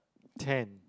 ten